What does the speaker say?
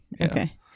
okay